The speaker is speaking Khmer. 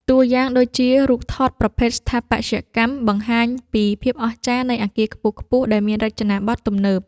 តួយ៉ាងដូចជា រូបថតប្រភេទស្ថាបត្យកម្ម បង្ហាញពីភាពអស្ចារ្យនៃអាគារខ្ពស់ៗដែលមានរចនាបថទំនើប។